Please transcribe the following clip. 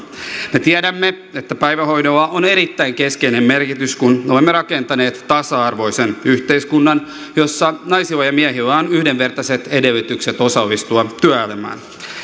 me tiedämme että päivähoidolla on ollut erittäin keskeinen merkitys kun olemme rakentaneet tasa arvoisen yhteiskunnan jossa naisilla ja miehillä on yhdenvertaiset edellytykset osallistua työelämään